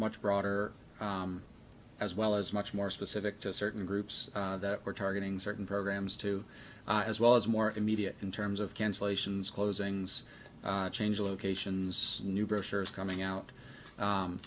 much broader as well as much more specific to certain groups that we're targeting certain programs to as well as more immediate in terms of cancellations closings change locations new brochures coming out